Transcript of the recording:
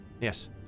Yes